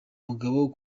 mugabo